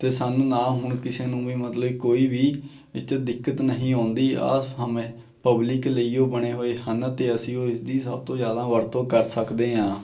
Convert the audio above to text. ਅਤੇ ਸਾਨੂੰ ਨਾ ਹੁਣ ਕਿਸੇ ਨੂੰ ਵੀ ਮਤਲਬ ਕੋਈ ਵੀ ਇੱਥੇ ਦਿੱਕਤ ਨਹੀਂ ਆਉਂਦੀ ਆਹ ਸਮੇਂ ਪਬਲਿਕ ਲਈ ਹੋ ਬਣੇ ਹੋਏ ਹਨ ਅਤੇ ਅਸੀਂ ਇਸ ਦੀ ਸਭ ਤੋਂ ਜ਼ਿਆਦਾ ਵਰਤੋਂ ਕਰ ਸਕਦੇ ਹਾਂ